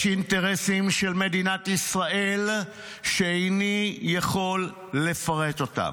יש אינטרסים של מדינת ישראל שאיני יכול לפרט אותם,